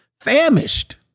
famished